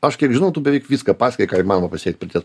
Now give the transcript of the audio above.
aš kiek žinau tu beveik viską pasiekei ką įmanoma pasiekt pirties